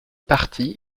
partis